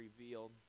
revealed